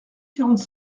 quarante